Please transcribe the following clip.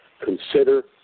consider